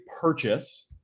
purchase